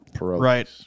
Right